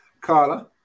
Carla